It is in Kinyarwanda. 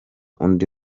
undi